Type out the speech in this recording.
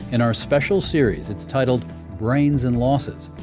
in our special series. it's titled brains and losses.